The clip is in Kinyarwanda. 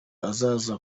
azaza